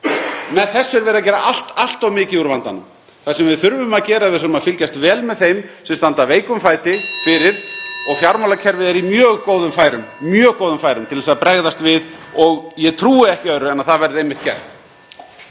Með þessu er verið að gera allt of mikið úr vandanum. Það sem við þurfum að gera er að fylgjast vel með þeim sem standa veikum fæti fyrir. Fjármálakerfið er í mjög góðum færum til þess að bregðast við og ég trúi ekki öðru en að það verði einmitt gert.